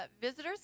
visitors